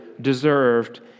deserved